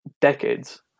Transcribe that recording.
decades